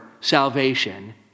salvation